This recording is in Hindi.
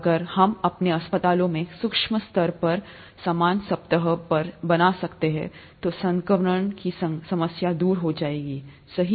अगर हम अपने अस्पतालों में सूक्ष्म स्तर पर समान सतह पा सकते हैं तो संक्रमण की समस्या दूर हो जाएगी सही